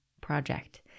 project